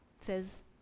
says